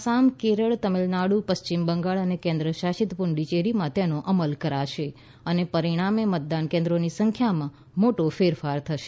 આસામ કેરળ તમિળનાડુ પશ્ચિમ બંગાળ અને કેન્દ્રશાસિત પૂડુચ્ચેરીમાં તેનો અમલ કરાશે અને પરિણામે મતદાન કેન્દ્રોની સંખ્યામાં મોટો ફેરફાર થશે